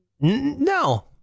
no